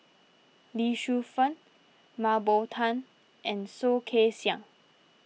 Lee Shu Fen Mah Bow Tan and Soh Kay Siang